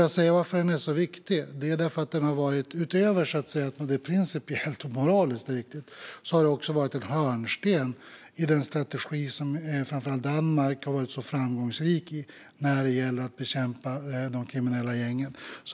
Att den är så viktig är därför att den utöver att vara både principiellt och moraliskt riktig också varit en hörnsten i den strategi som varit så framgångsrik i framför allt Danmark när det gäller att bekämpa de kriminella gängen.